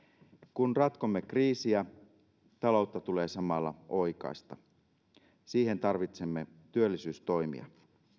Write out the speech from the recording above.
kun ratkomme kriisiä taloutta tulee samalla oikaista siihen tarvitsemme työllisyystoimia